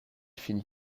finit